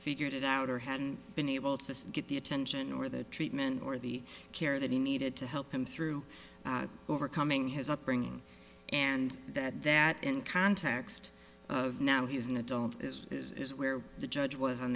figured it out or hadn't been able to get the attention or the treatment or the care that he needed to help him through overcoming his upbringing and that that in context of now he is an adult this is where the judge was